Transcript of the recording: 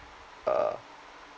uh